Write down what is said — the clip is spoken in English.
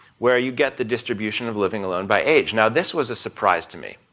where you get the distribution of living alone by age. now this was a surprise to me.